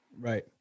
Right